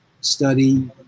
study